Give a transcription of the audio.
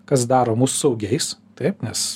kas daro mus saugiais taip nes